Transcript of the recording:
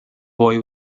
boy